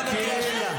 אתה בקריאה שנייה.